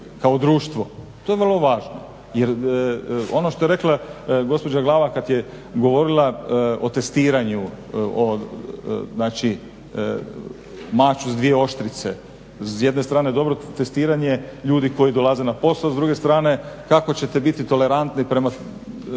kao društvo, to je vrlo važno. Jer ono što je rekla gospođa Glavak kad je govorila o testiranju, znači maču s dvije oštrice, s jedne strane dobro testiranje ljudi koji dolaze na posao, s druge strane kako ćete biti tolerantni,